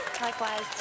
Likewise